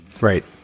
right